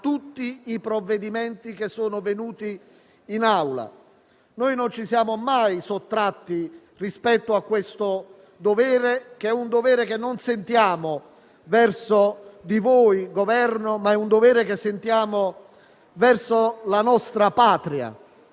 tutti i provvedimenti che sono arrivati in Aula. Noi non ci siamo mai sottratti rispetto a questo, che è un dovere che non sentiamo verso di voi che siete al Governo ma un dovere che sentiamo verso la nostra Patria.